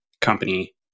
company